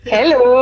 Hello